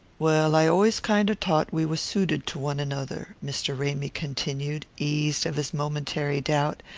well, i always kinder thought we was suited to one another, mr. ramy continued, eased of his momentary doubt.